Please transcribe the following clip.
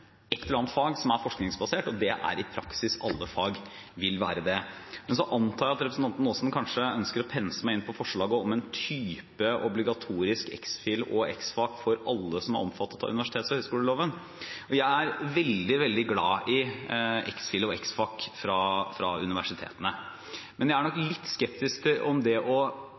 et eller annet fag som er forskningsbasert, og det er i praksis alle fag. Jeg antar at representanten Aasen ønsker å pense meg inn på forslaget om en type obligatorisk ex.phil. og ex.fac. for alle som er omfattet av universitets- og høyskoleloven. Jeg er veldig glad i ex.phil. og ex.fac. ved universitetene. Men jeg er skeptisk til om det å